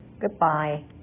Goodbye